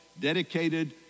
dedicated